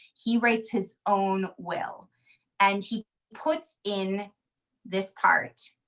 he writes his own will and he puts in this part.